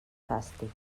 fàstic